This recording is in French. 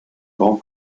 grand